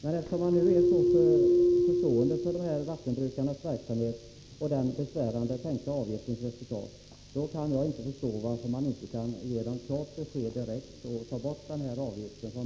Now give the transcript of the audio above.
Eftersom man är så förstående för vattenbrukarnas verksamhet och den tänkta avgiftens besvärande resultat, förstår jag inte varför man inte med en gång kan ta bort den här avgiften.